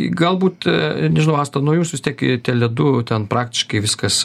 galbūt nežinau asta nuo jūsų vis tiek tele du ten praktiškai viskas